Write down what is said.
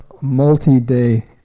multi-day